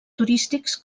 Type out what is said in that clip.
turístics